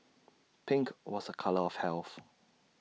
pink was A colour of health